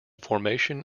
formation